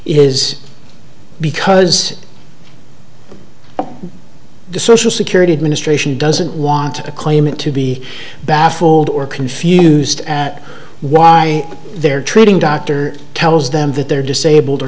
is because the social security administration doesn't want a claimant to be baffled or confused at why they're treating doctor tells them that they're disabled or